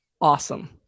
awesome